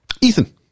Ethan